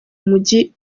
mujyi